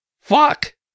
Fuck